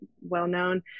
well-known